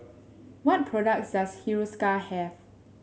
what products does Hiruscar have